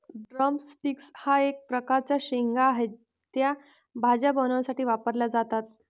drum sticks हा एक प्रकारचा शेंगा आहे, त्या भाज्या बनवण्यासाठी वापरल्या जातात